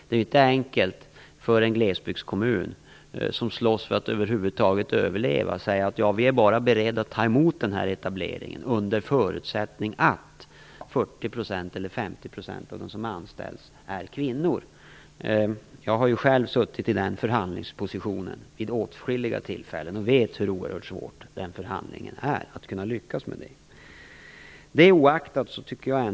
Det är inte enkelt för en glesbygdskommun, som slåss för att över huvud taget överleva, att säga att man där är beredd att ta emot etablering bara under förutsättning att 40 eller 50 % av dem som anställs är kvinnor. Jag har själv suttit i den förhandlingspositionen vid åtskilliga tillfällen och vet hur oerhört svårt det är att lyckas med den förhandlingen.